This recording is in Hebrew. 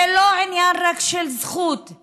זה לא רק עניין של זכות,